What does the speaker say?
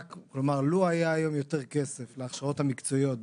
לו היה היום יותר כסף להכשרות המקצועיות,